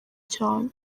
cyane